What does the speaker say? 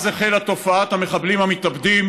אז החלה תופעת המחבלים המתאבדים,